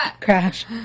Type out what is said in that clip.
Crash